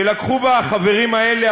שלקחו בה חלק החברים האלה,